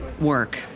work